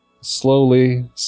slowly